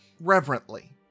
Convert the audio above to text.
reverently